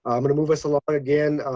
um going to move us along again.